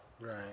Right